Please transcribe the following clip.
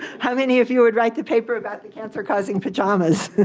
how many of you would write the paper about the cancer causing pajamas?